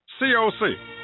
COC